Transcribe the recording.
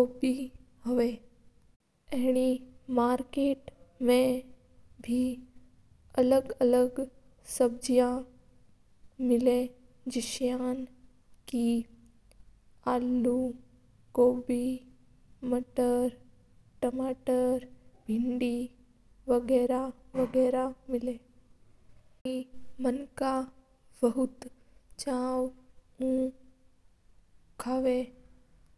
आलू हवा है। मार्केट मा अलग-अलग सब्जेया मिला है जसा के आलू, गोबी, टमाटर।